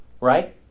right